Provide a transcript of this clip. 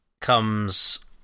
comes